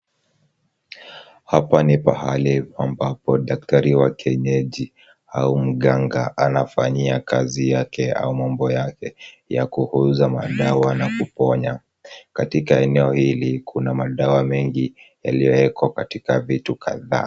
Hapa ni pahali ambapo daktari wa kienyeji au mganga anafanyia kazi yake au mambo yake, ya kuuza madawa na kuponya. Katika eneo hili, kuna madawa mengi yaliyowekwa katika vitu kadhaa.